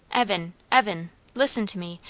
evan evan listen to me!